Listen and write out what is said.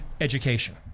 education